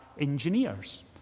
engineers